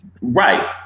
Right